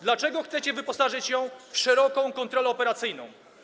Dlaczego chcecie wyposażyć ją w szeroką kontrolę operacyjną?